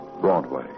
Broadway